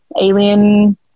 alien